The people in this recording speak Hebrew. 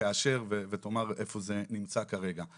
תאשר ותאמר איפה זה נמצא כרגע.